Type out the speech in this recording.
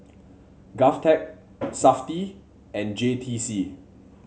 Govtech Safti and J T C